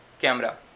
camera